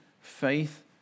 faith